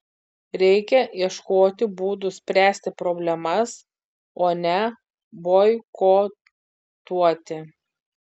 reikia ieškoti būdų spręsti problemas o ne boikotuoti